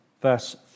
verse